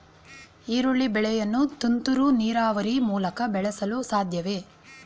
ಈರುಳ್ಳಿ ಬೆಳೆಯನ್ನು ತುಂತುರು ನೀರಾವರಿ ಮೂಲಕ ಬೆಳೆಸಲು ಸಾಧ್ಯವೇ?